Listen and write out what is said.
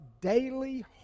Daily